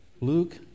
Luke